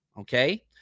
okay